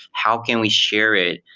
how can we share it?